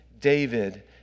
David